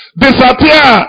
disappear